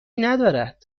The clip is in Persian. ندارد